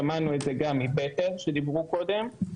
שמענו את זה גם מנציגי בטר שדיברו קודם.